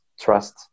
trust